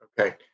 Okay